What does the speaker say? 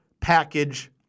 package